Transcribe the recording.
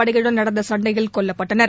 படையுடன் நடந்த சண்டையில் கொல்லப்பட்டனர்